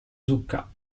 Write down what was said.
zucca